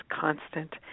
constant